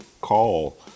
call